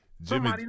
Jimmy